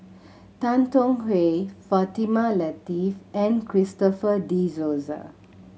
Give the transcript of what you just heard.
Tan Tong Hye Fatimah Lateef and Christopher De Souza